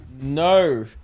No